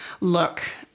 Look